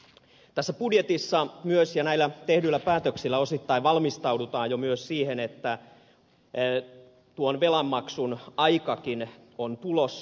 tässä budjetissa ja näillä tehdyillä päätöksillä osittain valmistaudutaan jo myös siihen että tuon velanmaksun aikakin on tulossa